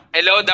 Hello